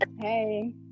Hey